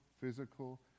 physical